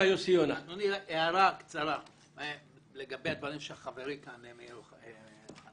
לגבי הדברים של חברי כאן אמיר אוחנה